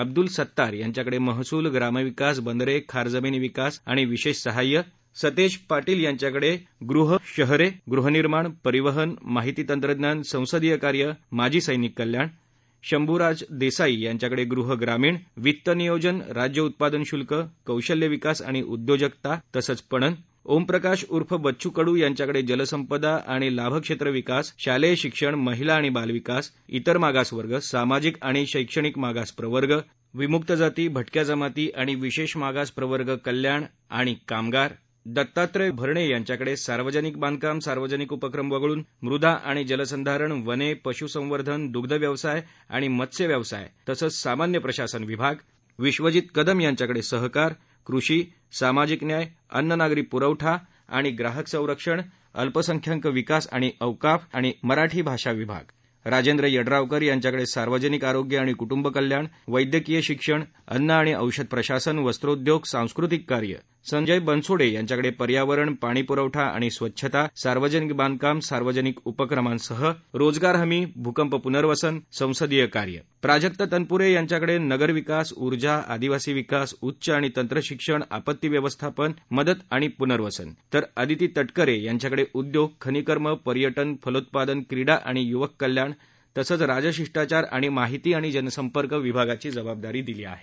अब्दुल सत्तार यांच्याकडे महसूल ग्रामविकास बंदरे खार जमिनी विकास विशेष सहाय्य सतेज पार्पील यांच्याकडे गृहशहरे गृहनिर्माण परिवहन माहिती तंत्रज्ञान संसदीय कार्य माजी सर्पिक कल्याण शंभूराज देसाई यांच्याकडे गृह ग्रामीण वित्त नियोजन राज्य उत्पादन शुल्क कौशल्य विकास आणि उद्योजकता पणन ओमप्रकाश उर्फ बच्चू कडू यांच्याकडे जलसंपदा आणि लाभक्षेत्र विकास शालेय शिक्षण महिला आणि बालविकास इतर मागासवर्ग सामाजिक आणि शक्तिक मागास प्रवर्ग विमुक्त जाती भार्क्या जमाती आणि विशेष मागास प्रवर्ग कल्याण कामगार दत्तात्रय भरणे यांच्याकडे सार्वजनिक बांधकाम सार्वजनिक उपक्रम वगळून मृदा आणि जलसंधारण वने पशुसंवर्धन दुग्धव्यवसाय विकास तसंच मत्स्यव्यवसाय सामान्य प्रशासन विधजीत कदम यांच्याकडे सहकार कृषी सामाजिक न्याय अन्न नागरी पुरवठा आणि ग्राहक संरक्षण अल्पसंख्यांक विकास आणि औकाफ मराठी भाषा राजेंद्र यड्रावकर यांच्याकडे सार्वजनिक आरोग्य आणि कूट्रि कल्याण वस्क्रीय शिक्षण अन्न आणि औषध प्रशासन वस्त्रोद्योग सांस्कृतिक कार्य संजय बनसोडे यांच्याकडे पर्यावरण पाणी पुरवठा आणि स्वच्छता सार्वजनिक बांधकाम सार्वजनिक उपक्रम रोजगार हमी भूकंप पुनर्वसन संसदीय कार्य प्राजक्त तनपुरे यांच्याकडे नगर विकास उर्जा आदिवासी विकास उच्च आणि तंत्र शिक्षण आपत्ती व्यवस्थापन मदत आणि प्नर्वसन तर आदिती तक्रिरे उद्योग खनिकर्म पर्यटन फलोत्पादन क्रिडा आणि युवक कल्याण राजशिष्टाचार माहिती आणि जनसंपर्क विभागाची जबाबदारी दिली आहे